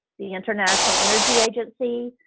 the international energy agency,